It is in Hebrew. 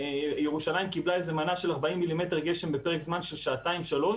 ירושלים קיבלה מנה של 40 מ"מ גשם בפרק זמן של שעתיים-שלוש,